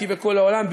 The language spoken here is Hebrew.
טיילתי בכל העולם,